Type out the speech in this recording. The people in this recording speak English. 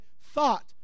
thought